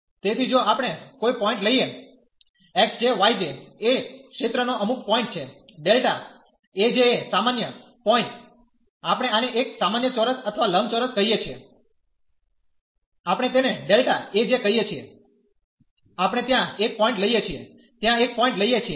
તેથી જો આપણે કોઈ પોઈન્ટ લઈએ xj yj એ ક્ષેત્રનો અમુક પોઈન્ટ છે Δ A ja સામાન્ય પોઈન્ટ આપણે આને એક સામાન્ય ચોરસ અથવા લંબચોરસ કહીએ છીએ આપણે તેને Δ Aj કહીએ છીએ આપણે ત્યાં એક પોઈન્ટ લઈએ છીએ ત્યાં એક પોઈન્ટ લઈએ છીએ